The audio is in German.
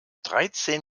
dreizehn